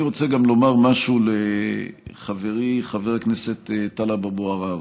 אני רוצה לומר משהו גם לחברי חבר הכנסת טלב אבו עראר.